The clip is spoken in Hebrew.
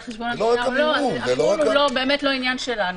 חשבון המדינה או לא המימון הוא לא עניין שלנו,